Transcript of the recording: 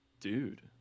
dude